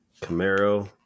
Camaro